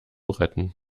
retten